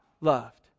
loved